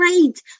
great